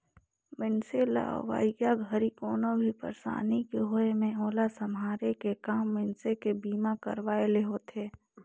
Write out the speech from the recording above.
मइनसे ल अवइया घरी कोनो भी परसानी के होये मे ओला सम्हारे के काम मइनसे के बीमा करवाये ले होथे